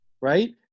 right